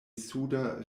suda